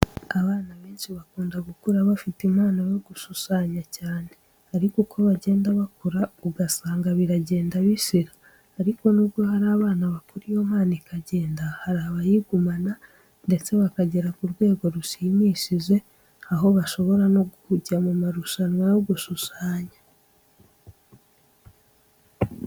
Abana benshi bakunda gukura bafite impano yo gushushanya cyane, ariko uko bagenda bakura ugasanga biragenda bishira. Ariko nubwo hari abana bakura iyo mpano ikagenda, hari abayigumana ndetse bakagera ku rwego rushimishije, aho bashobora no kujya mu marushanwa yo gushushanya.